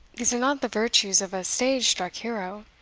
these are not the virtues of a stage-struck hero,